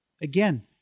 Again